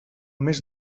mes